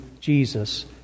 Jesus